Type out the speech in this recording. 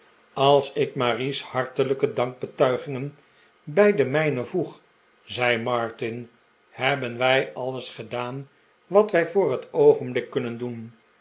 als ik marie's hartelijke dankbetuigingen bij de mijne voeg zei martin hebben wij alles gedaan wat wij voor t oogenblik kunnen doen